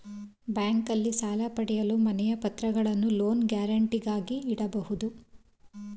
ಬ್ಯಾಂಕ್ನಲ್ಲಿ ಸಾಲ ಪಡೆಯಲು ಮನೆಯ ಪತ್ರಗಳನ್ನು ಲೋನ್ ಗ್ಯಾರಂಟಿಗಾಗಿ ಇಡಬಹುದು